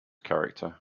character